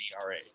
ERA